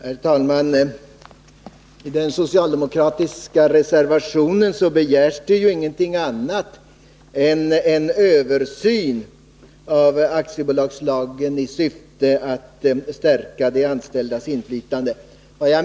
Herr talman! I den aktuella socialdemokratiska reservationen begärs ingenting annat än en översyn av aktiebolagslagen i syfte att stärka de anställdas inflytande.